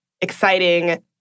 exciting